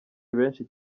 benshi